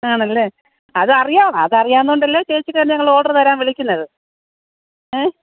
ആണല്ലേ അത് അറിയാം അത് അറിയാവുന്നതുകൊണ്ടല്ലേ ചേച്ചിക്കതിന് ഞങ്ങൾ ഓർഡറ് തരാൻ വിളിക്കുന്നത് ഏ